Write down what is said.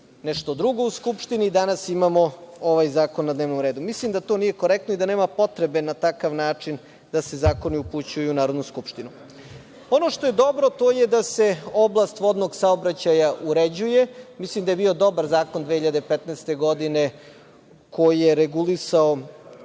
nešto drugo u Skupštini, danas imamo ovaj zakon na dnevnom redu. Mislim da to nije korektno i da nema potrebe na takav način da se zakoni upućuju u Narodnu skupštinu. Ono što je dobro jeste da se oblast vodnog saobraćaja uređuje. Mislim da je bio dobar zakon 2015. godine koji je regulisao